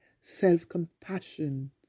self-compassion